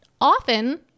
Often